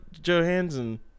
Johansson